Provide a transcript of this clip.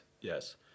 yes